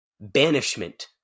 Banishment